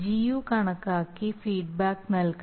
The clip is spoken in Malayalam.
Gu കണക്കാക്കി ഫീഡ്ബാക്ക് നൽകണം